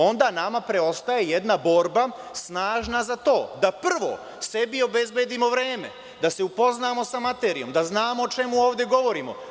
Onda nama preostaje jedna borba snažna za to da, prvo, sebi obezbedimo vreme, da se upoznamo sa materijom, da znamo o čemu ovde govorimo.